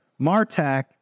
MarTech